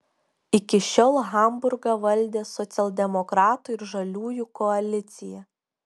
iki šiol hamburgą valdė socialdemokratų ir žaliųjų koalicija